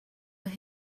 were